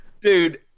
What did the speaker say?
dude